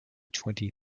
twenty